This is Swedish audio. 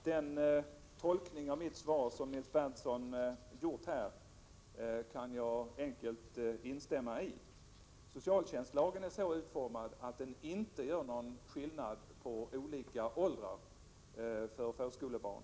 Herr talman! Den tolkning av mitt svar som Nils Berndtson här gjorde kan jag enkelt instämma i. Socialtjänstlagen är så utformad att där inte görs någon skillnad mellan olika åldrar på förskolebarn.